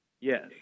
Yes